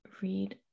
read